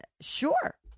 Sure